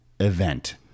event